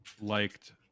liked